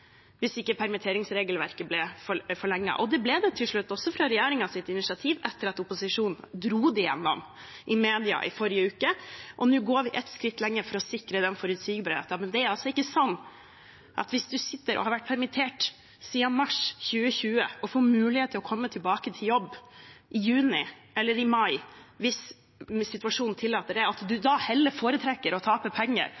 hvis ikke permitteringsregelverket ble forlenget. Det ble det til slutt, også på initiativ fra regjeringen, etter at opposisjonen dro det gjennom media i forrige uke. Nå går vi ett skritt lenger for å sikre den forutsigbarheten. Det er heller ikke sånn at hvis man har vært permittert siden mars 2020 og får mulighet til å komme tilbake til jobb i juni eller mai, hvis situasjonen tillater det,